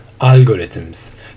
algorithms